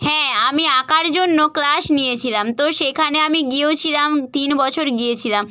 হ্যাঁ আমি আঁকার জন্য ক্লাস নিয়েছিলাম তো সেখানে আমি গিয়েও ছিলাম তিন বছর গিয়েছিলাম